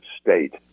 state